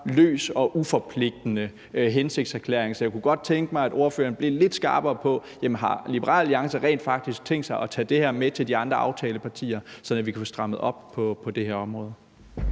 løs og uforpligtende hensigtserklæring. Så jeg kunne godt tænke mig, at ordføreren blev lidt skarpere på, om Liberal Alliance rent faktisk har tænkt sig at tage det her med til de andre aftalepartier, sådan at vi kan få strammet op på det her område.